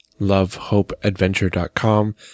lovehopeadventure.com